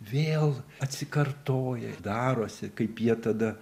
vėl atsikartoja darosi kaip jie tada